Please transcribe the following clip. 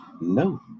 No